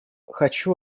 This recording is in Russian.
хочу